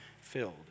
filled